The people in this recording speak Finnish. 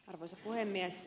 arvoisa puhemies